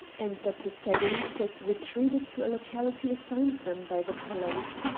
and that the said leeches retreated to a locality assigned them by the prelate.